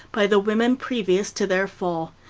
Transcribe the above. by the women previous to their fall,